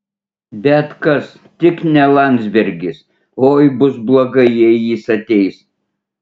bet kas tik ne landsbergis oi bus blogai jei jis ateis